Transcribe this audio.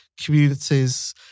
communities